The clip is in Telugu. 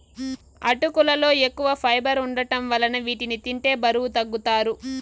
అటుకులలో ఎక్కువ ఫైబర్ వుండటం వలన వీటిని తింటే బరువు తగ్గుతారు